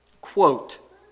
quote